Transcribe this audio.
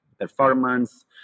performance